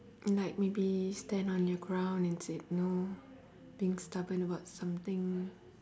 like maybe stand on your ground and said no being stubborn about something